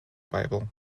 bible